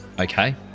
Okay